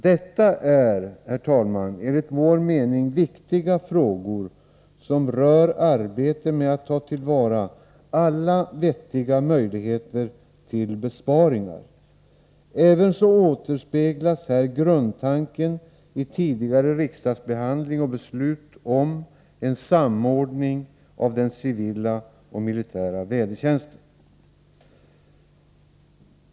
Detta är, herr talman, enligt vår mening viktiga frågor som rör arbetet med att ta till vara alla vettiga möjligheter till besparingar. Här återspeglas även grundtanken i tidigare riksdagsbehandling och beslut om en samordning av den civila och militära vädertjänsten.